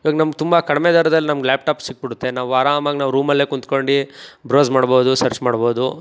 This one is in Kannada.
ಇವಾಗ ನಮ್ಗೆ ತುಂಬ ಕಡಿಮೆ ದರದಲ್ಲಿ ನಮ್ಗೆ ಲ್ಯಾಪ್ ಟಾಪ್ ಸಿಕ್ಕಿಬಿಡುತ್ತೆ ನಾವು ಆರಾಮಾಗಿ ನಾವು ರೂಮಲ್ಲೇ ಕೂತ್ಕೊಂಡು ಬ್ರೋಸ್ ಮಾಡ್ಬೋದು ಸರ್ಚ್ ಮಾಡ್ಬೋದು